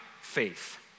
faith